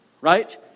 Right